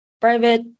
private